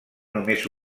només